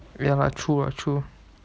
ya lah true ah true